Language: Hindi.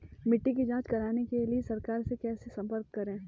मिट्टी की जांच कराने के लिए सरकार से कैसे संपर्क करें?